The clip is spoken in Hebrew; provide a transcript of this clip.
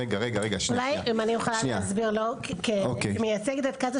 אולי אני יכולה להסביר לו כי אני מייצגת את קצא״א.